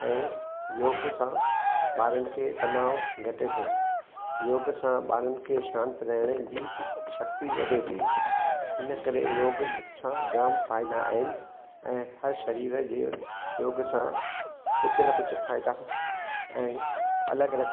ऐं योग सां ॿारनि खे तनाव घटे थो योग सां ॿारनि खे शांत रहण जी शक्ति वधे थी इन करे योग सां जामु फ़ाइदा आहिनि ऐं हर शरीर जी योग सां कुझु न कुझु फ़ाइदा ऐं अलॻि अलॻि